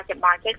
market